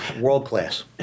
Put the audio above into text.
World-class